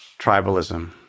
tribalism